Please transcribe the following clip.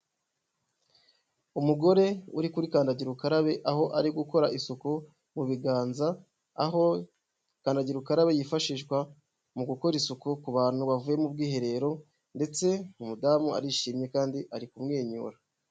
Umugore uri kuri kandagira ukarabe aho ari gukora isuku mu biganza, aho kandagira ukarabe yifashishwa mu gukora isuku ku bantu bavuye mu bwiherero ndetse umudamu arishimye kandi ari kumwenyura.